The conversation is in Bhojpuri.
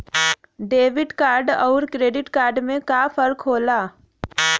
डेबिट कार्ड अउर क्रेडिट कार्ड में का फर्क होला?